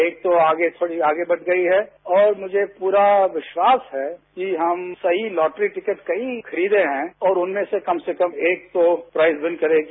एक तो आगे थोड़ी आगे बढ़ गई है और मुझे पूरा विश्वास है कि हम सही लॉट्री टिकट्स कई खरीदे हैं और उनमें सक कम से कम एक तो प्राइस विन करेगी